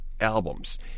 albums